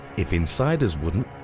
if insiders wouldn't,